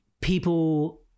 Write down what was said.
people